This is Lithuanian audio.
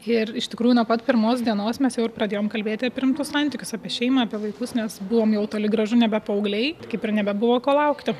ir iš tikrųjų nuo pat pirmos dienos mes jau ir pradėjom kalbėti apie rimtus santykius apie šeimą apie vaikus nes buvom jau toli gražu nebe paaugliai tai kaip ir nebebuvo ko laukti